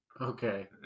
Okay